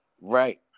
Right